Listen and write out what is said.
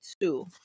two